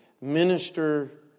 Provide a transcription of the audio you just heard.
minister